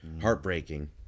heartbreaking